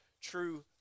true